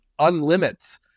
unlimits